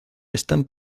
están